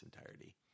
entirety